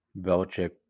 Belichick